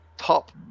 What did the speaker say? Top